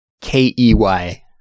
K-E-Y